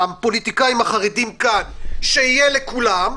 הפוליטיקאים החרדים כאן שיהיה לכולם,